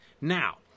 Now